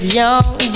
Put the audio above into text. young